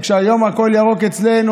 וכשהיום הכול ירוק אצלנו,